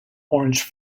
orange